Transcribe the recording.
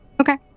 Okay